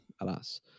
alas